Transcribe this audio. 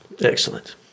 Excellent